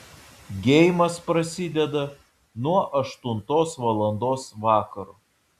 geimas prasideda nuo aštuntos valandos vakaro